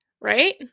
Right